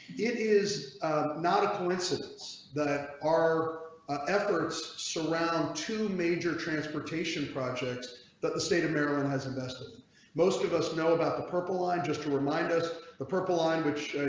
it is not a coincidence that our ah efforts show so around two major transportation projects that the state of maryland has a message most of us know about the purple line just to remind us the purple line which.